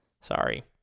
Sorry